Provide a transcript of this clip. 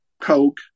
coke